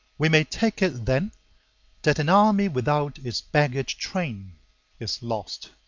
we may take it then that an army without its baggage-train is lost